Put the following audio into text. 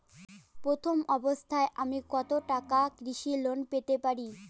প্রথম অবস্থায় আমি কত টাকা কৃষি লোন পেতে পারি?